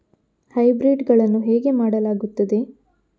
Hybrid ಗಳನ್ನು ಹೇಗೆ ಮಾಡಲಾಗುತ್ತದೆ?